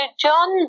John